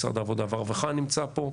משרד העבודה והרווחה נמצא פה.